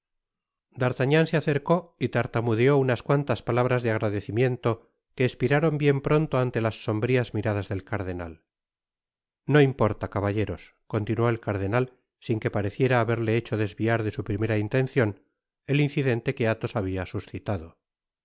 d'artagnan se acercó y tartamudeó unas cuantas palabras de agradecimiento que espiraron bien pronto ante las sombrías miradas del cardenal i i no importa caballeros continuó el cardenal sin que pareciera haberle hecho desviar de su primera intencion el incidente que athos habia suscitado